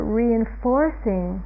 reinforcing